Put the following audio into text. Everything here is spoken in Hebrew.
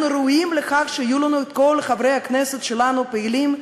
אנחנו ראויים לכך שכל חברי הכנסת שלנו יהיו פעילים,